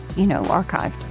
you know, archived.